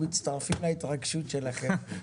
הנושא של שינוי תעריפים אחרי שחברות זוכות במכרז.